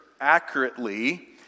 accurately